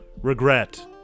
regret